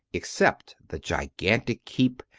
except the gigantic keep,